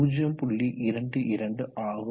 22 ஆகும்